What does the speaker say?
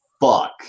fuck